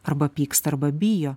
arba pyksta arba bijo